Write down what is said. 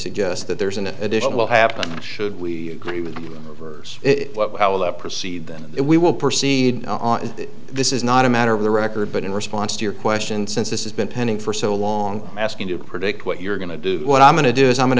suggest that there is an additional happen should we agree with it proceed then we will proceed on this is not a matter of the record but in response to your question since this has been pending for so long asking you to predict what you're going to do what i'm going to do is i'm